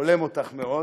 הולם אותך מאוד.